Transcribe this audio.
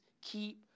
keep